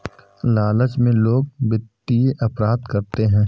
लालच में लोग वित्तीय अपराध करते हैं